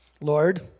Lord